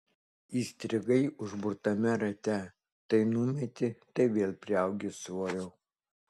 įstrigai užburtame rate tai numeti tai vėl priaugi svorio